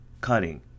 cutting